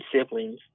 siblings